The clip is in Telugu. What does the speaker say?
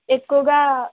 ఎక్కువగా